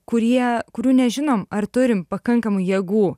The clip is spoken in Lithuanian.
kurie kurių nežinom ar turim pakankamai jėgų